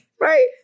right